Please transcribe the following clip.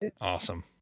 Awesome